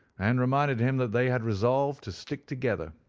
and reminded him that they had resolved to stick together.